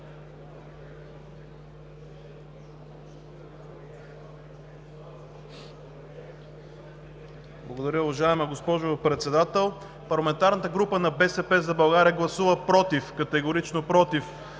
Благодаря. Уважаема госпожо Председател! Парламентарната група на „БСП за България“ гласува против – категорично против,